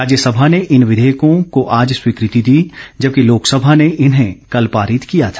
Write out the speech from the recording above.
राज्यसभा ने इन विधेयकों को आज स्वीकृति दी जबकि लोकसभा ने इन्हें कल पारित किया था